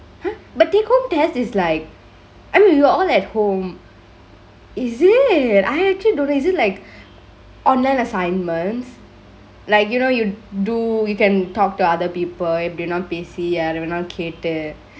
!huh! but take home test is like I mean we are all at home is it I actually don't know is it like online assignments like you know you do you can talk to other people எப்படிவேனாலு பேசி யாரவேனாலு கேட்டு:eppadivenalu pesi yaarevenalu kettu